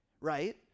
right